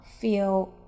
feel